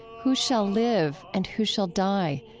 who shall live and who shall die?